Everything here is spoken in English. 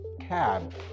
cab